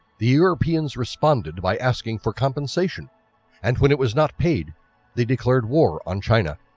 the europeans responded by asking for compensation and when it was not paid the declared war on china.